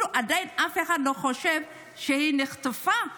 עדיין אף אחד לא חושב שהיא נחטפה,